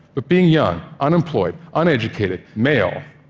but being young, unemployed, uneducated, male,